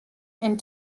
and